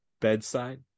bedside